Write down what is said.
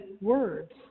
words